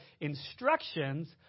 instructions